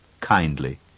kindly